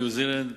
בניו-זילנד,